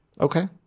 Okay